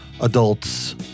adults